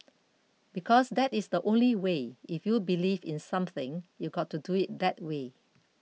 because that is the only way if you believe in something you've got to do it that way